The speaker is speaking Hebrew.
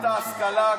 אנחנו פה יושבים בנחת.